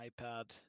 iPad